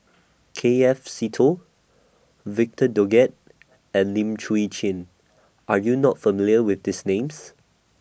K F Seetoh Victor Doggett and Lim Chwee Chian Are YOU not familiar with These Names